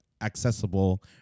accessible